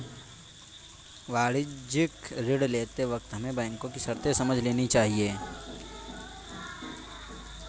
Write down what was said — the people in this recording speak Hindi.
वाणिज्यिक ऋण लेते वक्त हमें बैंको की शर्तें समझ लेनी चाहिए